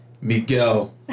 Miguel